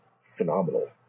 phenomenal